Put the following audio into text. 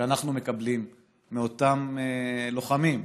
שאנחנו מקבלים מאותם לוחמים,